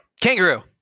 Kangaroo